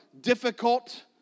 difficult